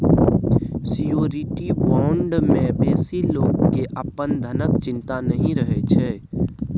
surety bond मे बेसी लोक केँ अपन धनक चिंता नहि रहैत छै